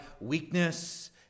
weakness